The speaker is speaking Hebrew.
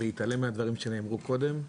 בהתעלם מהדברים שנאמרו קודם,